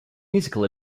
musical